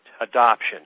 adoption